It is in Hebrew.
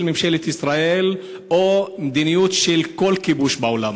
ממשלת ישראל או מדיניות של כל כיבוש בעולם,